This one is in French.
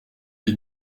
les